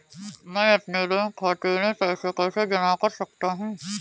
मैं अपने बैंक खाते में पैसे कैसे जमा कर सकता हूँ?